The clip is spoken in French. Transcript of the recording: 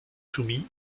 soumis